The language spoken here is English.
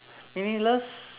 meaningless